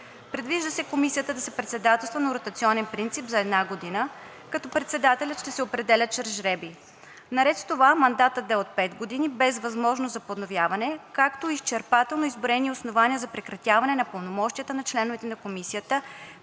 Предвижда се Комисията да се председателства на ротационен принцип за една година, като председателят ще се определя чрез жребий. Наред с това мандатът да е от 5 години без възможност за подновяване, както и изчерпателно изброените основания за прекратяване на пълномощията на членовете на Комисията